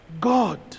God